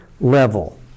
level